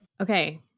Okay